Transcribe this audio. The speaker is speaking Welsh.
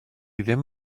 ddim